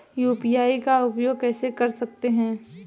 UPI का उपयोग कैसे कर सकते हैं?